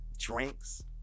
drinks